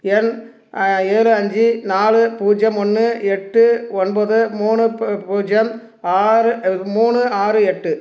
எண் ஏழு அஞ்சு நாலு பூஜ்ஜியம் ஒன்று எட்டு ஒன்பது மூணு பூ பூஜ்ஜியம் ஆறு மூணு ஆறு எட்டு